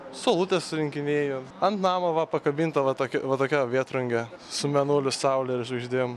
saulutes surinkinėju ant namo va pakabinta va toki va tokia vėtrungė su mėnuliu saule ir žvaigždėm